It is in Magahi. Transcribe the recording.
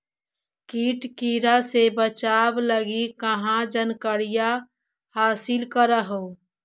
किट किड़ा से बचाब लगी कहा जानकारीया हासिल कर हू?